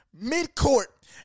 mid-court